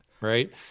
right